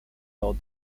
lors